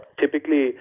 typically